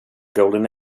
golden